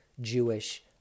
Jewish